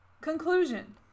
conclusion